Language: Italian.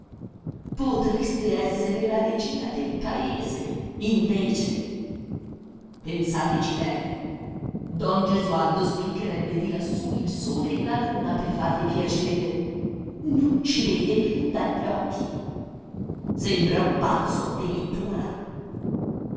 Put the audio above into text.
potreste esser la regina del paese invece pensateci bene don gesualdo spiccherebbe di lassù il sole e la luna per farvi piacere non ci vede più dagli occhi sembra un pazzo addirittura